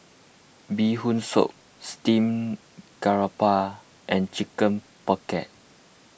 Bee Hoon Soup Steamed Garoupa and Chicken Pocket